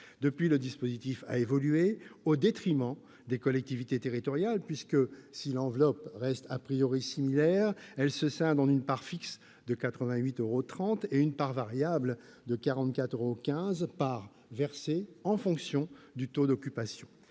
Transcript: Depuis lors, le dispositif a évolué, au détriment des collectivités territoriales, puisque, si l'enveloppe reste similaire, elle se scinde en une part fixe de 88,30 euros et une part variable de 44,15 euros versée en fonction du taux d'occupation.